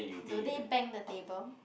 do they bang the table